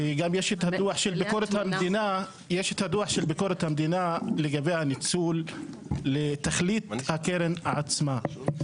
וגם יש הדוח של ביקורת המדינה לגבי הניצול לתכלית הקרן עצמה.